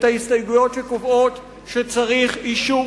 את ההסתייגויות שקובעות שצריך אישור